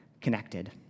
connected